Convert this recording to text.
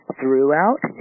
throughout